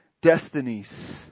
destinies